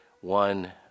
one